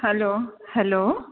hello hello